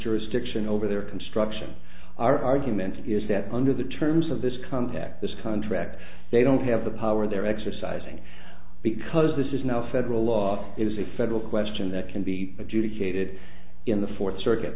jurisdiction over their construction our argument is that under the terms of this contact this contract they don't have the power they're exercising because this is now federal law is a federal question that can be adjudicated in the fourth circuit